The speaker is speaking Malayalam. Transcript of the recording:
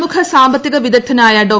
പ്രമുഖ സാമ്പത്തിക വിദഗ്ധനായ ഡോ